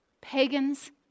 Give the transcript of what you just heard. Pagans